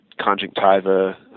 conjunctiva